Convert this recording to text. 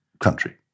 country